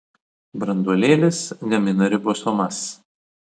branduolėlis gamina ribosomas